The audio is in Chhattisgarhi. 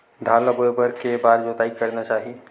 धान ल बोए बर के बार जोताई करना चाही?